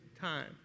time